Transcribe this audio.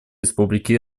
республики